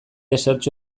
ezertxo